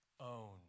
own